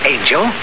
Angel